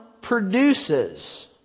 produces